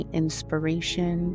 inspiration